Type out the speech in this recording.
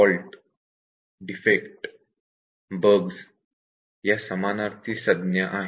fault defect bugs या समानार्थी संज्ञा आहेत